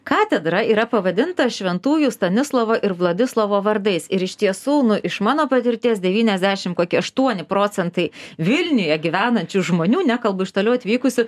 katedra yra pavadinta šventųjų stanislovo ir vladislovo vardais ir ištiesų nu iš mano patirties devyniasdešim kokie aštuoni procentai vilniuje gyvenančių žmonių nekalbu iš toliau atvykusių